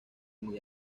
muy